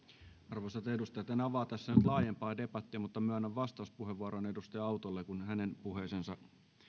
arvoisat edustajat en avaa tässä nyt laajempaa debattia mutta myönnän vastauspuheenvuoron edustaja autolle kun hänen puheeseensa